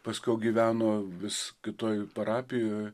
paskiau gyveno vis kitoj parapijoj